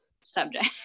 subject